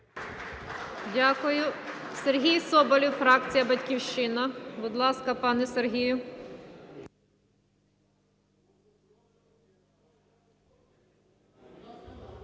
Дякую. Сергій Соболєв, фракція "Батьківщина". Будь ласка, пане Сергію.